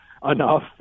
enough